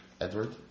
edward